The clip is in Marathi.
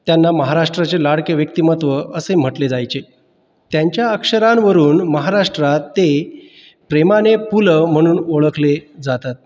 त्यांना महाराष्ट्राचे लाडके व्यक्तिमत्त्व असे म्हटले जायचे त्यांच्या अक्षरांवरून महाराष्ट्रात ते प्रेमाने पु ल म्हणून ओळखले जातात